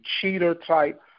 cheater-type